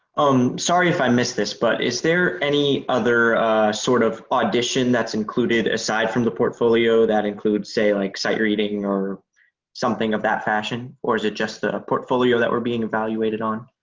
um sorry if i missed this, but is there any other sort of audition that's included aside from the portfolio that includes, say, like sight reading or something of that fashion or is it just the portfolio that we're being evaluated on?